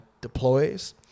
deploys